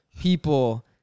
people